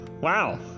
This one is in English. wow